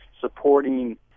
supporting